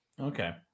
okay